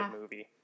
movie